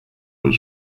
his